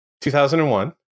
2001